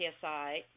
PSI